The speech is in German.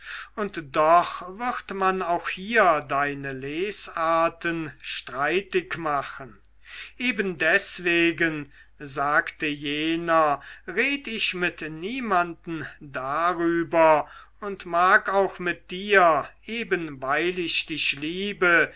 und doch wird man auch hier deine lesarten streitig machen eben deswegen sagte jener red ich mit niemenden darüber und mag auch mit dir eben weil ich dich liebe